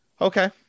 okay